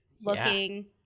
looking